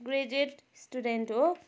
graduate student हो